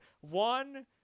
One